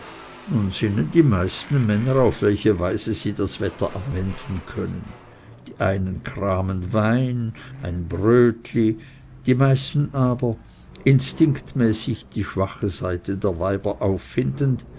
nun sinnen die meisten männer auf welche weise sie das wetter abwenden können die einen kramen wein ein brötli die meisten aber instinktmäßig die schwache seite der weiber auffindend